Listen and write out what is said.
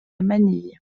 manille